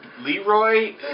Leroy